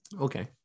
Okay